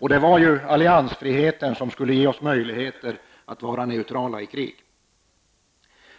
Det var ju alliansfriheten som skulle ge Sverige möjligheten att vara neutralt i krig. Herr talman!